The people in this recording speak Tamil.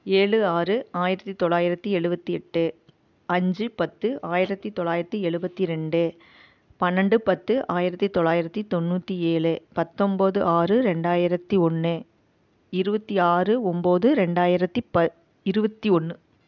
ஏழு ஆறு ஆயிரத்து தொள்ளாயிரத்து எழுபத்தி எட்டு அஞ்சு பத்து ஆயிரத்து தொள்ளாயிரத்து எழுபத்தி ரெண்டு பன்னெண்டு பத்து ஆயிரத்து தொள்ளாயிரத்து தொண்ணூற்றி ஏழு பத்தோம்போது ஆறு ரெண்டாயிரத்து ஒன்று இருபத்தி ஆறு ஒம்பது ரெண்டாயிரத்து ப இருபத்தி ஒன்று